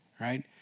right